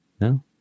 no